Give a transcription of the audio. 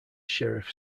sheriff